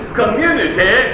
community